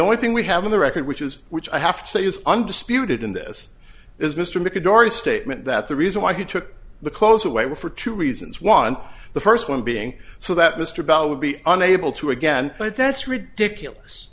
only thing we have on the record which is which i have to say is undisputed in this is mr mckay dorie statement that the reason why he took the clothes away were for two reasons one the first one being so that mr bell would be unable to again but that's ridiculous